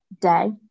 day